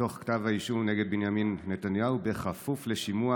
מתוך כתב האישום נגד בנימין נתניהו בכפוף לשימוע,